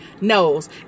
knows